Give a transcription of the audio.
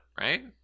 right